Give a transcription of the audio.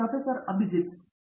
professor Abhijit P